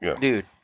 dude